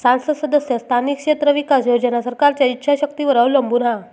सांसद सदस्य स्थानिक क्षेत्र विकास योजना सरकारच्या ईच्छा शक्तीवर अवलंबून हा